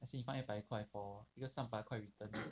let's say 你放一百块 for 一个三百块 return